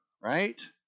right